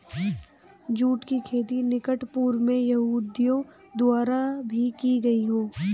जुट की खेती निकट पूर्व में यहूदियों द्वारा भी की गई हो